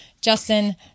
Justin